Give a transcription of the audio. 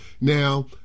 Now